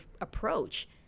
approach